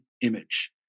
image